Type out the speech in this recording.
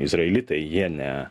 izraelitai jie ne